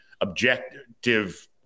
objective